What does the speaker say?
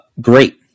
great